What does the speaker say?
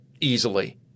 easily